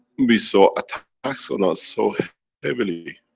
we saw attacks on us, so heavily.